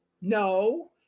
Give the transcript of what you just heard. No